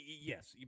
yes